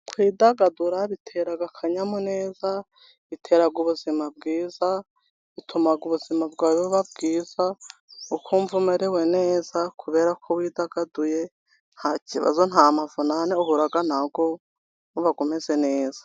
Kwidagadura bitera akanyamuneza, bitera ubuzima bwiza, bituma ubuzima bwawe buba bwiza ukumva umerewe neza, kubera ko widagaduye nta kibazo, nta mavunane uhura na yo, uba umeze neza.